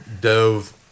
dove